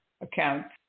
accounts